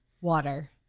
water